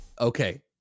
Okay